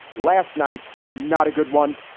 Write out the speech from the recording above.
last night's was not a good one.